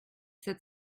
sept